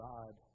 God